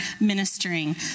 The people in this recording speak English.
ministering